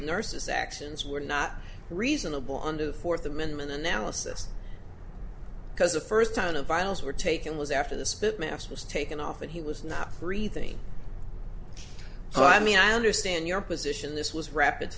nurses actions were not reasonable under the fourth amendment analysis because the first time the vials were taken was after the spit mass was taken off and he was not breathing so i mean i understand your position this was rapid